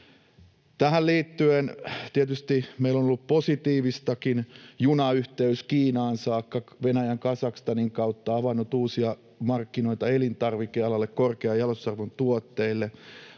Tähän liittyen meillä on tietysti ollut positiivistakin: junayhteys Kiinaan saakka Venäjän ja Kazakstanin kautta on avannut uusia markkinoita elintarvikealalle, korkean jalostusarvon tuotteille